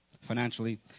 financially